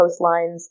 coastlines